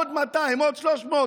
ואלו הם פניה של הקואליציה?